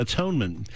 Atonement